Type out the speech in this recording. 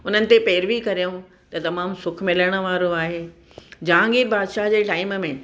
उन्हनि ते पैरवी करियूं त तमामु सुखु मिलणु वारो आहे जहांगीर बादशाह जे टाइम में